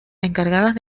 encargadas